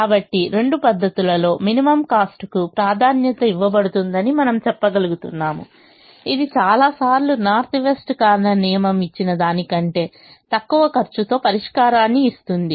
కాబట్టి రెండు పద్ధతుల లో మినిమం కాస్ట్ కు ప్రాధాన్యత ఇవ్వబడుతుందని మనము చెప్పగలుగుతున్నాము ఇది చాలా సార్లు నార్త్ వెస్ట్ కార్నర్ నియమం ఇచ్చిన దానికంటే తక్కువ ఖర్చుతో పరిష్కారాన్ని ఇస్తుంది